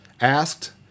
asked